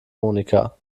monika